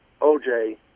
OJ